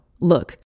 Look